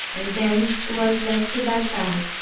and thence was led to bagdad,